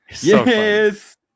yes